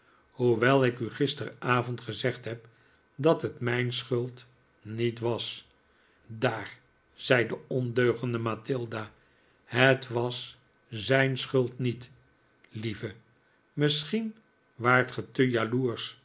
hoewel ik u gisterenavond gezegd heb dat het mijn schuld niet was daar zei de ondeugende mathilda het was zijn schuld niet lieve misschien waart ge te jaloersch